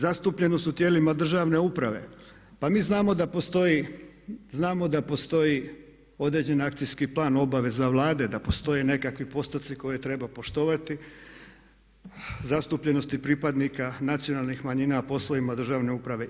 Zastupljenost u tijelima državne uprave, pa mi znamo da postoji određeni akcijski plan obaveza Vlade, da postoje nekakvi postoci koje treba poštovati, zastupljenosti pripadnika nacionalnih manjina na poslovima državne uprave.